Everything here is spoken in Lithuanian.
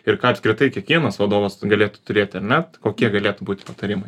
ir ką apskritai kiekvienas vadovas galėtų turėti ar ne kokie galėtų būti patarimai